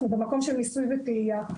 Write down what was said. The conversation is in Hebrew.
אנחנו במקום של ניסוי וטעייה.